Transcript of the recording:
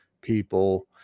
people